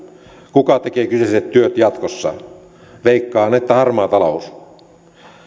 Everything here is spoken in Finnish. kuka tekee kyseiset työt jatkossa veikkaan että harmaa talous